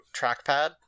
trackpad